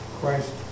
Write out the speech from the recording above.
Christ